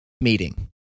meeting